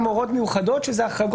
שכדאי להידרש אליהם מייד אחרי הבחירות